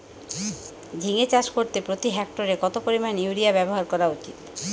ঝিঙে চাষ করতে প্রতি হেক্টরে কত পরিমান ইউরিয়া ব্যবহার করা উচিৎ?